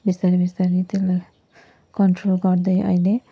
बिस्तारै बिस्तारै त्यसलाई कन्ट्रोल गर्दै अहिले